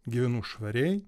gyvenu švariai